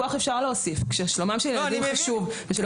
ופיקוח כששלומם של ילדים חשוב ושל אוכלוסיות בסיכון.